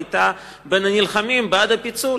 היתה בין הנלחמים בעד הפיצול